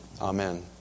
Amen